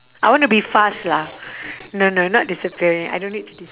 I want to be fast lah no no not disappearing I don't need to dis~